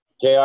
JR